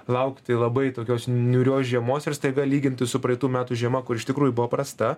laukti labai tokios niūrios žiemos ir staiga lyginti su praeitų metų žiema kur iš tikrųjų buvo prasta